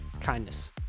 kindness